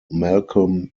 malcolm